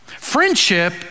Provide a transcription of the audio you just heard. Friendship